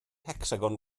hecsagon